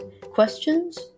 questions